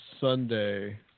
Sunday